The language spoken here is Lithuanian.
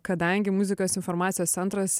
kadangi muzikos informacijos centras